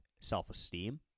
self-esteem